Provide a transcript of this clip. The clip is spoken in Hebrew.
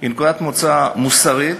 היא נקודת מוצא מוסרית,